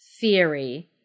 theory